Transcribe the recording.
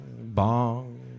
bong